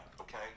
okay